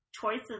choices